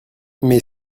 mais